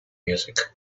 music